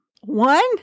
one